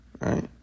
right